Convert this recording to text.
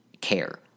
care